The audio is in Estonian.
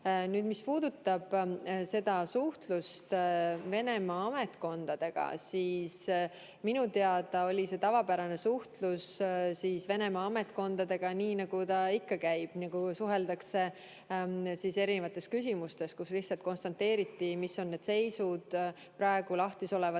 Nüüd, mis puudutab suhtlust Venemaa ametkondadega, siis minu teada oli see tavapärane suhtlus Venemaa ametkondadega, nii nagu ta ikka käib, et suheldakse erinevates küsimustes. Lihtsalt konstateeriti, mis on need seisud praegu lahti olevates